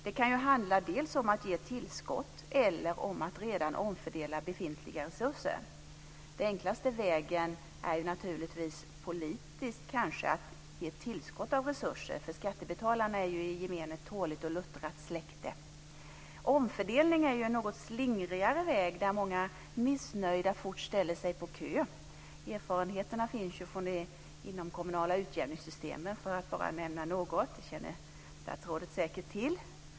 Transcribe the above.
Det kan handla om att ge tillskott eller omfördela redan befintliga resurser. Den enklaste vägen är att politiskt ge resurstillskott. Skattebetalare i gemen är ett tåligt och luttrat släkte. Omfördelning är en något slingrigare väg, där många missnöjda fort ställer sig på kö. Det finns erfarenheter från det kommunala utjämningssystemet, för att nämna något. Det känner statsrådet säkert till.